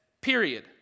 period